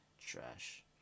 Trash